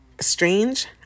strange